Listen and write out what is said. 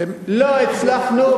לא הצלחנו,